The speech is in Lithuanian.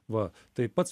va tai pats